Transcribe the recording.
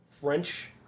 French